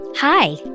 Hi